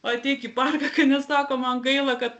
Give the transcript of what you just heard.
ateik į parką kaip ji sako man gaila kad